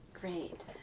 Great